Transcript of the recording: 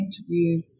interview